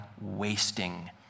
wasting